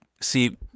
see